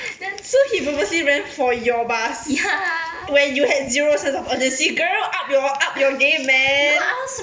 so he purposely ran for your bus when you had zero sense of urgency girl up your up your game man